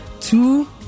Two